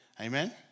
Amen